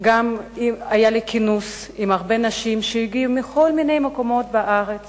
היה לי גם כינוס עם הרבה נשים שהגיעו מכל מיני מקומות בארץ